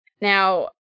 Now